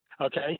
Okay